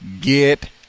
get